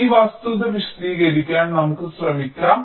ഈ വസ്തുത വിശദീകരിക്കാൻ നമുക്ക് ശ്രമിക്കാം